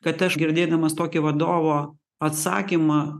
kad aš girdėdamas tokį vadovo atsakymą